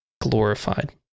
glorified